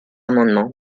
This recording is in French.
amendement